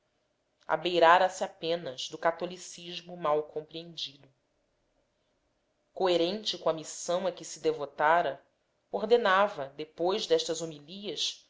ii abeirara se apenas do catolicismo mal compreendido tentativas de reação legal coerente com a missão a que se devotara ordenava depois destas homilias